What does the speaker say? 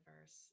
verse